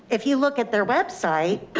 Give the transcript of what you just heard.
if you look at their website,